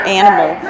animal